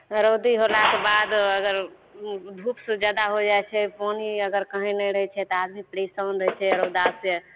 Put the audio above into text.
रौदी होलाक बाद अगर धूप सऽ जादा हो जाइ छै पानि अगर कहीं नहि रहै छै तऽ आदमी परेशान रहै छै रौदा से